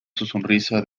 sonrisa